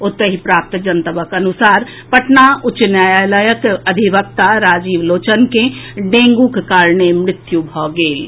ओतहि प्राप्त जनतबक अनुसार पटना उच्च न्यायालयक अधिवक्ता राजीव लोचन के डेंगूक कारणें मृत्यु भऽ गेल अछि